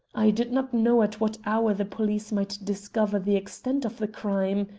i did not know at what hour the police might discover the extent of the crime.